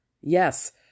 Yes